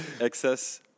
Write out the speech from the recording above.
Excess